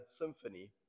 symphony